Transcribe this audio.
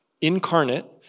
incarnate